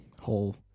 whole